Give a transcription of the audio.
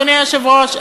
אדוני היושב-ראש,